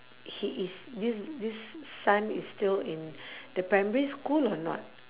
he is this this son is still in the primary school or not